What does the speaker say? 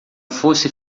fosse